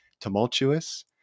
tumultuous